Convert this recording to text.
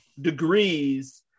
degrees